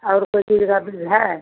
और कोई चीज का बीज है